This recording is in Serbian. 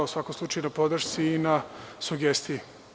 U svakom slučaju, hvala na podršci i na sugestiji.